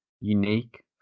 unique